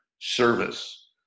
service